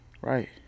Right